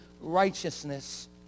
righteousness